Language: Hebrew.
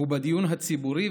הוא בדיון הציבורי,